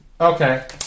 Okay